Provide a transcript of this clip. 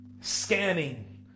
scanning